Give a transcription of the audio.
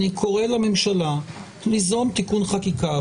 אני קורא לממשלה ליזום תיקון חקיקה,